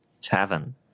Tavern